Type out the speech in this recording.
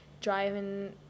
driving